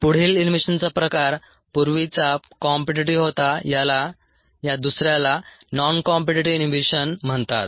पुढील इनहिबिशनचा प्रकार पूर्वीचा कॉम्पीटीटीव्ह होता याला या दुसऱ्याला नॉन कॉम्पीटीटीव्ह इनहिबिशन म्हणतात